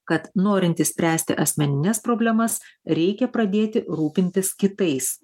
kad norint išspręsti asmenines problemas reikia pradėti rūpintis kitais